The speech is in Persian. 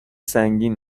سنگین